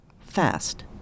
fast